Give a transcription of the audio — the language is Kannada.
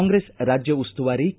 ಕಾಂಗ್ರೆಸ್ ರಾಜ್ಯ ಉಸ್ತುವಾರಿ ಕೆ